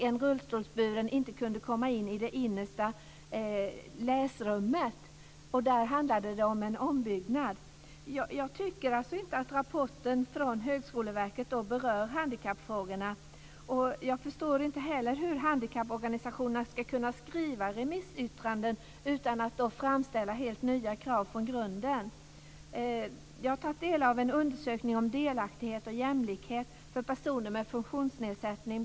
En rullstolsburen person kan där inte komma in i det innersta läsrummet. Där handlade det om en ombyggnad. Jag tycker alltså inte att rapporten från Högskoleverket berör handikappfrågorna. Jag förstår inte heller hur handikapporganisationerna ska kunna skriva remissyttranden utan att framställa helt nya krav från grunden. Jag har tagit del av en undersökning bland Sveriges kommuner om delaktighet och jämlikhet för personer med funktionsnedsättning.